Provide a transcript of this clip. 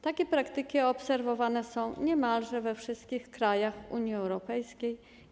Takie praktyki obserwowane są niemalże we wszystkich krajach Unii Europejskiej.